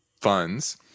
funds